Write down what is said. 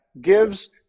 gives